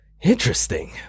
Interesting